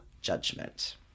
judgment